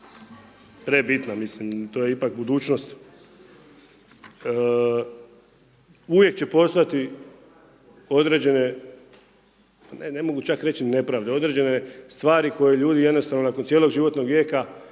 prebitna, mislim to je ipak budućnost, uvijek će postojati određene, ne, ne mogu čak reći nepravde, određene stvari koje ljudi jednostavno nakon cijelog životnog vijeka